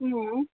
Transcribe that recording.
उम्